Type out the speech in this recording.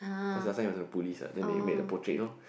cause last time he was a police then they made a portrait you know